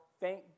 Thank